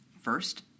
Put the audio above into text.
First